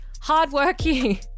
hardworking